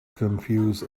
confuse